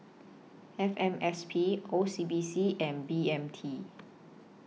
F M S P O C B C and B M T